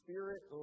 Spirit